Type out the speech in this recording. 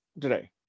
today